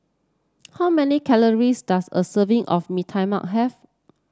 how many calories does a serving of Mee Tai Mak have